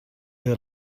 her